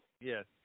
Yes